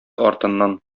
артыннан